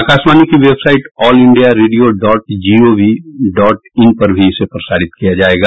आकाशवाणी की website all India radio dot gov dot in पर भी इसे प्रसारित किया जाएगा